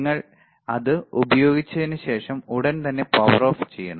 നിങ്ങൾ അത് ഉപയോഗിച്ചതിന് ശേഷം ഉടൻ തന്നെ പവർ ഓഫ് ചെയ്യണം